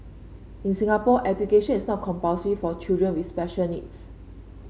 in Singapore education is not compulsory for children with special needs